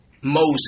Moses